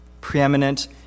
preeminent